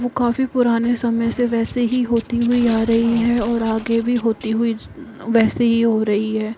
वह काफ़ी पुराने समय से वैसे ही होती हुई आ रही है और आगे भी होती हुई वैसे ही हो रही है